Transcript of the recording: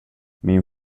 min